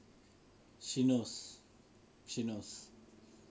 she knows she knows